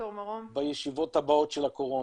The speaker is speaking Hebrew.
בישיבות הבאות של הקורונה.